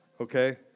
Okay